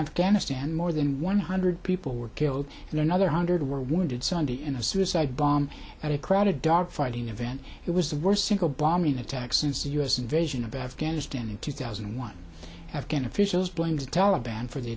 afghanistan more than one hundred people were killed and another hundred were wounded sunday in a suicide bomb at a crowded dogfighting event it was the worst single bombing attack since the u s invasion of afghanistan in two thousand and one afghan officials blamed the taliban for the